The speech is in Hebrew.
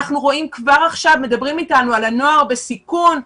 כבר עכשיו מדברים איתנו על הנוער בסיכון.